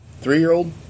Three-year-old